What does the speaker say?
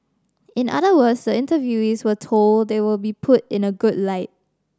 in other words the interviewees were told they will be put in a good light